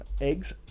eggs